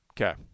Okay